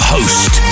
Host